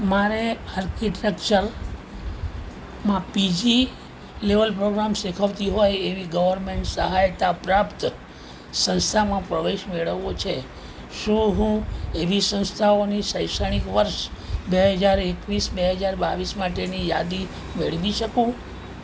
મારે આર્કિટેક્ચરમાં PG level programme શીખવતી હોય એવી ગવર્મેન્ટ સહાયતા પ્રાપ્ત સંસ્થામાં પ્રવેશ મેળવવો છે શું હું એવી સંસ્થાઓની શૈક્ષણિક વર્ષ બે હજાર એકવીસ બે હજાર બાવીસ માટેની યાદી મેળવી શકું